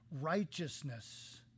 righteousness